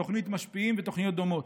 תוכנית "משפיעים" ותוכניות דומות.